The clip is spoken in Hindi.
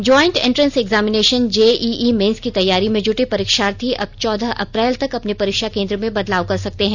joint entrance examination JEE mains की तैयारी में जुटे परीक्षार्थी अब चौदह अप्रैल तक अपने परीक्षा केंद्र में बदलाव कर सकते हैं